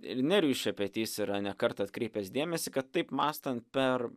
ir nerijus šepetys yra ne kartą atkreipęs dėmesį kad taip mąstant per